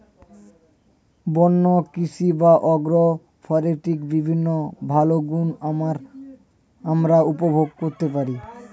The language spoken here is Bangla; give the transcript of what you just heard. বন্য কৃষি বা অ্যাগ্রো ফরেস্ট্রির বিভিন্ন ভালো গুণ আমরা উপভোগ করতে পারি